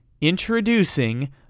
Introducing